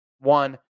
one